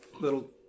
little